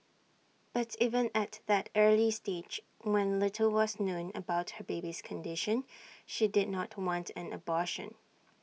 but even at that early stage when little was known about her baby's condition she did not want an abortion